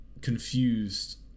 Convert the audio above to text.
confused